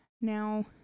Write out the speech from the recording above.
Now